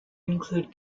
include